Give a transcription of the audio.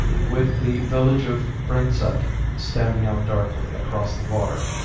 with the village of brenzett standing out darkly across the water,